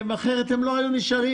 אחרת הם לא היו נשארים,